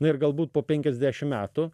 na ir galbūt po penkiasdešim metų